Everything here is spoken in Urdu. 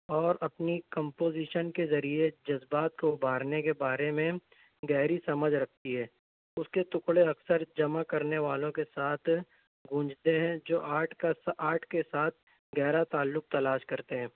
اور اپنی کمپوزیشن کے ذریعے جذبات کو ابھارنے کے بارے میں گہری سمجھ رکھتی ہے اس کے ٹکڑے اکثر جمع کرنے والوں کے ساتھ گونجتے ہیں جو آرٹ کا آرٹ کے ساتھ گہرا تعلق تلاش کرتے ہیں